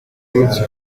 imitsi